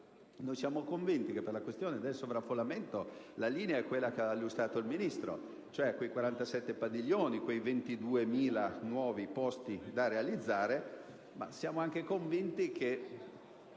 Siamo convinti che per la questione del sovraffollamento la linea sia quella che è stata illustrata dal Ministro, cioè quei 47 padiglioni e quei 22.000 nuovi posti da realizzare. Però siamo anche convinti che